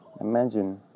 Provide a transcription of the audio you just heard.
imagine